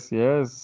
Yes